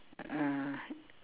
ah